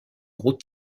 gros